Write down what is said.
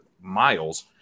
miles